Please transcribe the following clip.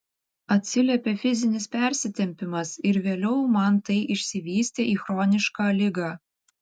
atsiliepė fizinis persitempimas ir vėliau man tai išsivystė į chronišką ligą